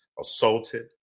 assaulted